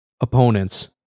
opponents